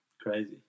crazy